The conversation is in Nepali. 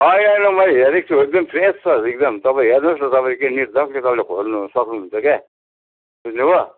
होइन होइन मैले हेरेको छु एकदम फ्रेस छ एकदम तपाईँ हेर्नुहोस् न तपाईँ के निर्धक्कले तपाईँले खोल्नु सक्नुहुन्छ क्या बुझ्नुभयो